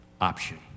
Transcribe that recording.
option